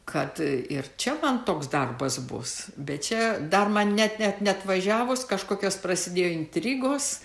kad ir čia man toks darbas bus bet čia dar man net ne neatvažiavus kažkokios prasidėjo intrigos